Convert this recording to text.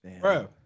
Bro